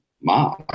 Ma